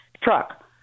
truck